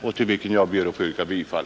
Jag ber att få yrka bifall till reservationen.